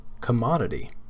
commodity